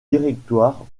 directoire